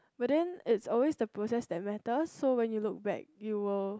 but then it's always the process that matters so when you look back you will